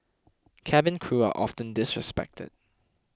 cabin crew are often disrespected